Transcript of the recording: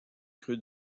creux